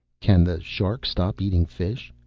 can the shark stop eating fish?